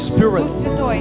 Spirit